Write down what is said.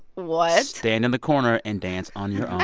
what? stand in the corner and dance on your